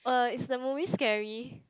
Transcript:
uh is the movie scary